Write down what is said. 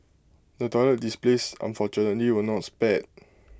the toilet displays unfortunately were not spared